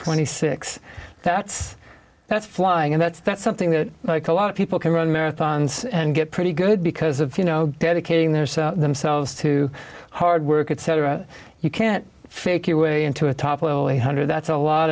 twenty six that's that's flying and that's that's something that like a lot of people can run marathons and get pretty good because of you know dedicating their self themselves to hard work etc you can't fake your way into a top level eight hundred that's a lot